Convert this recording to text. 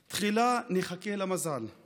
/ תחילה נחכה למזל /